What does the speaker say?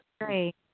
great